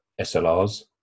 SLRs